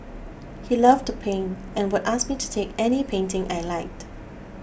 he loved to paint and would ask me to take any painting I liked